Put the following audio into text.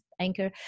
Anchor